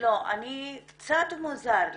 קצת מוזר לי.